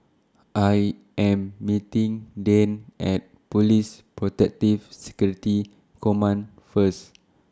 I Am meeting Dayne At Police Protective Security Command First